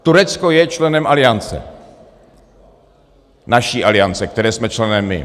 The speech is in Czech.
Turecko je členem Aliance, naší Aliance, které jsme členem my.